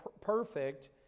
perfect